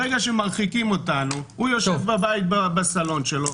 ברגע שמרחיקים אותנו הוא יושב בבית בסלון שלו,